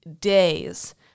days